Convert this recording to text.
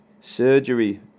Surgery